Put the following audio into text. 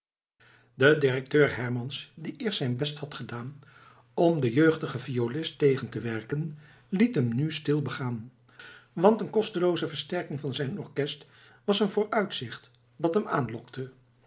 de directeur hermans die eerst zijn best had gedaan om den jeugdigen violist tegen te werken liet hem nu stil begaan want een kostelooze versterking van zijn orkest was een vooruitzicht dat hem aanlokte